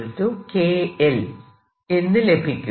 yKl എന്ന് ലഭിക്കും